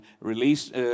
released